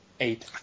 Eight